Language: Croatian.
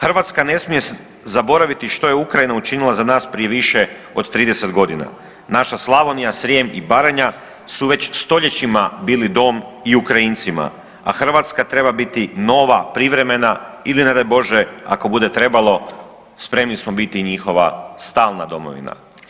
Hrvatska ne smije zaboraviti što je Ukrajina učinila za nas prije više od 30 godina, naša Slavonija, Srijem i Baranja su već stoljećima bili dom i Ukrajincima, a Hrvatska treba biti nova privremena ili ne daj Bože ako bude trebalo, spremni smo biti i njihova stalna domovina.